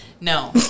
No